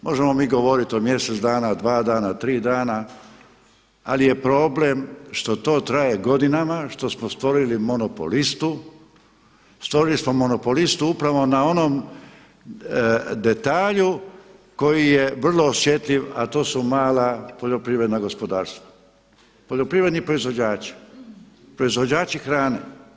Možemo mi govoriti o mjesec dana, dva dana, tri dana ali je problem što to traje godinama, što smo stvorili monopolistu, stvorili smo monopolistu upravo na onom detalju koji je vrlo osjetljiv a to su mala poljoprivredna gospodarstva, poljoprivredni proizvođači, proizvođači hrane.